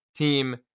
Team